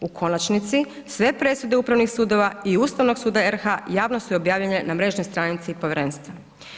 U konačnici sve presude upravnih sudova i Ustavnog suda RH javno su objavljenje na mrežnoj stranici Povjerenstva.